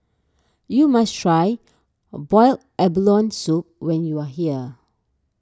you must try Boiled Abalone Soup when you are here